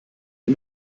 wir